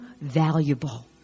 valuable